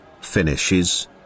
finishes